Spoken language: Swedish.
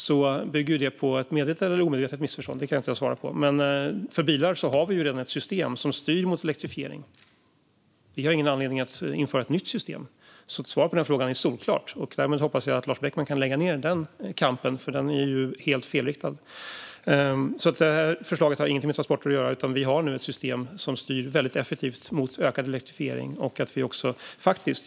Det bygger på ett medvetet eller omedvetet missförstånd - vilket av det kan jag inte svara på. För bilar har vi ju redan ett system som styr mot elektrifiering. Vi har ingen anledning att införa ett nytt system. Svaret på frågan är solklart. Jag hoppas därmed att Lars Beckman kan lägga ned den kampen, eftersom den är helt felriktad. Förslaget i fråga har inget med transporter att göra. Vi har ju nu ett system som väldigt effektivt styr mot ökad elektrifiering.